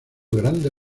grande